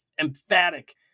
emphatic